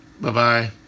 Bye-bye